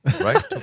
right